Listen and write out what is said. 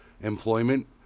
employment